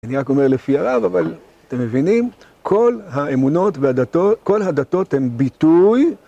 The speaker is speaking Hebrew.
אני רק אומר לפי הרב, אבל אתם מבינים, כל האמונות והדתות, כל הדתות הן ביטוי